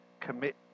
commit